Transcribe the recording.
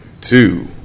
two